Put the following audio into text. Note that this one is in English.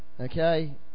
Okay